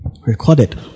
Recorded